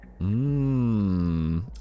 Mmm